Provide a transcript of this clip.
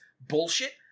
bullshit